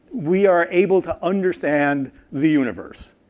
we are able to understand the universe.